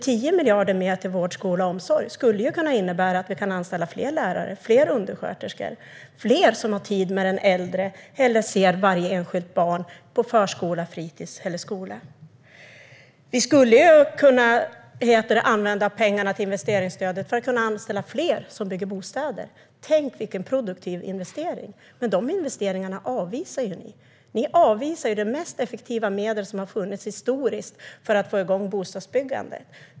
10 miljarder mer till vård, skola och omsorg skulle kunna innebära att vi kan anställa fler lärare och fler undersköterskor - fler som har tid med den äldre eller ser varje enskilt barn på förskola, fritis eller skola. Vi skulle kunna använda pengarna till investeringsstödet för att kunna anställa fler som bygger bostäder. Tänk vilken produktiv investering! Men dessa investeringar avvisar ni. Ni avvisar det mest effektiva medel som har funnits historiskt för att få igång bostadsbyggandet.